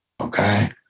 Okay